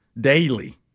Daily